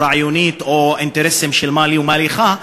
רעיונית או אינטרסים של מה לי ומה לך,